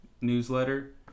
newsletter